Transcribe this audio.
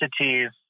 entities